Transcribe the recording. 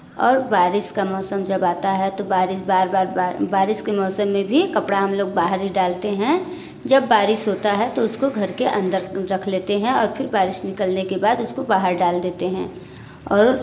और बारिश का मौसम जब आता है तो बारिश बार बार बारिश के मौसम में भी कपड़ा हम लोग बाहर ही डालते हैं जब बारिश होता है तो उसको घर के अंदर रख लेते हैं और फिर बारिश निकलने के बाद उसको बाहर डाल देते हैं और